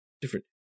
different